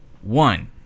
one